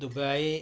Dubai